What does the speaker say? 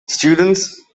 students